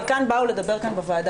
חלקן באו לדבר כאן בוועדה.